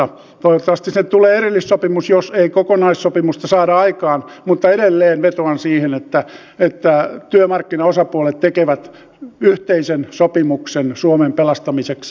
toivottavasti sinne tulee erillissopimus jos ei kokonaissopimusta saada aikaan mutta edelleen vetoan siihen että työmarkkinaosapuolet tekevät yhteisen sopimuksen suomen pelastamiseksi